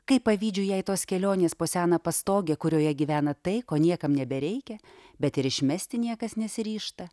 kaip pavydžiu jai tos kelionės po seną pastogę kurioje gyvena tai ko niekam nebereikia bet ir išmesti niekas nesiryžta